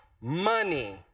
money